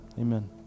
Amen